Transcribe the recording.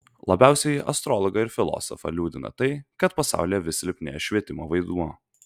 labiausiai astrologą ir filosofą liūdina tai kad pasaulyje vis silpnėja švietimo vaidmuo